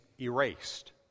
erased